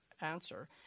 answer